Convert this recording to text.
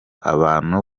abantu